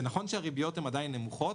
זה נכון שהריביות הן עדיין נמוכות,